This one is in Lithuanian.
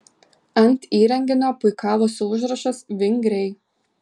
ant įrenginio puikavosi užrašas vingriai